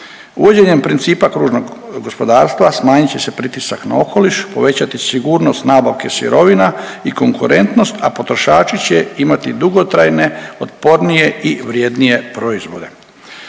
Uvođenjem principa kružnog gospodarstva smanjit će se pritisak na okoliš, povećati sigurnost nabavke sirovina i konkurentnost, a potrošači će imati dugotrajne, otpornije i vrijednije proizvode.